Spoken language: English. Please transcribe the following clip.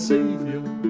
Savior